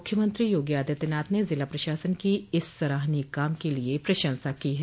मुख्यमंत्री योगी आदित्यनाथ ने जिला प्रशासन की इस सराहनीय काम के लिये प्रशंसा की है